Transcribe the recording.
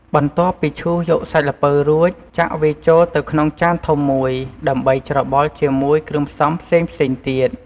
បន្ទាប់ពីឈូសយកសាច់ល្ពៅរួច ចាក់វាចូលទៅក្នុងចានធំមួយ ដើម្បីច្របល់ជាមួយគ្រឿងផ្សំផ្សេងៗទៀត។